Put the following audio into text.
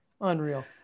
Unreal